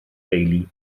deulu